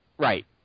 Right